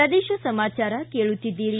ಪ್ರದೇಶ ಸಮಾಚಾರ ಕೇಳುತ್ತೀದ್ದಿರಿ